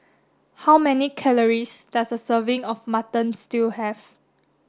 how many calories does a serving of mutton stew have